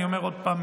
אני אומר עוד פעם,